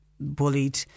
bullied